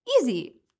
easy